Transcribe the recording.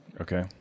Okay